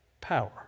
power